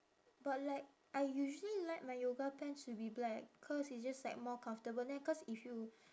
but like I usually like my yoga pants to be black cause it's just like more comfortable then cause if you